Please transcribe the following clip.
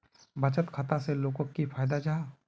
बचत खाता से लोगोक की फायदा जाहा?